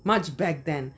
much back then